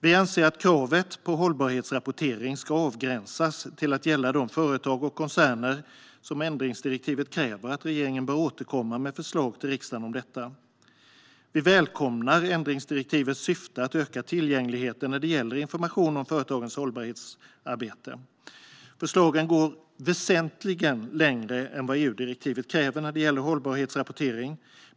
Vi anser att kravet på hållbarhetsrapportering ska avgränsas till att gälla de företag och koncerner som ändringsdirektivet kräver och att regeringen bör återkomma med förslag till riksdagen om detta. Vi välkomnar ändringsdirektivets syfte att öka tillgängligheten när det gäller information om företagens hållbarhetsarbete. Förslagen går väsentligt längre än vad EU-direktivet kräver när det gäller hållbarhetsrapportering.